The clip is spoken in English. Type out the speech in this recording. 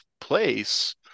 place